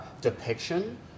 depiction